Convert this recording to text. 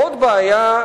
עוד בעיה,